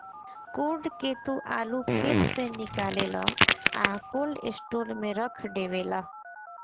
code के तू आलू खेत से निकालेलऽ आ कोल्ड स्टोर में रख डेवेलऽ